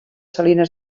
salines